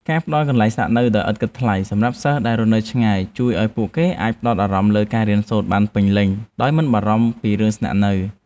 ការផ្តល់កន្លែងស្នាក់នៅដោយឥតគិតថ្លៃសម្រាប់សិស្សដែលរស់នៅឆ្ងាយជួយឱ្យពួកគេអាចផ្តោតលើការរៀនសូត្របានពេញលេញដោយមិនបារម្ភពីរឿងស្នាក់នៅ។